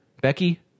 Becky